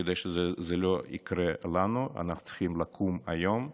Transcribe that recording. וכדי שזה לא יקרה לנו, אנחנו צריכים לקום היום,